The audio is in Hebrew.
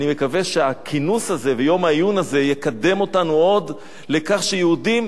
אני מקווה שהכינוס הזה ויום העיון הזה יקדם אותנו עוד לכך שיהודים,